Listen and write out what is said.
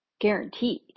guaranteed